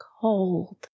cold